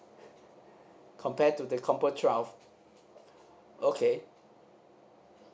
compare to the combo twelve okay